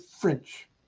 French